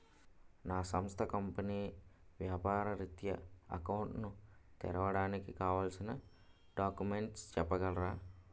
నా సంస్థ కంపెనీ వ్యాపార రిత్య అకౌంట్ ను తెరవడానికి కావాల్సిన డాక్యుమెంట్స్ చెప్పగలరా?